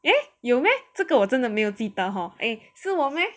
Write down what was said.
eh 有咩这个我真的没有记到 hor 是我 meh